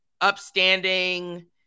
upstanding